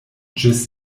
ĝis